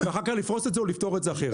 ואחר כך לפרוס את זה או לפתור את זה אחרת.